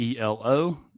ELO